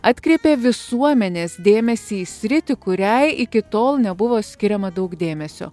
atkreipė visuomenės dėmesį į sritį kuriai iki tol nebuvo skiriama daug dėmesio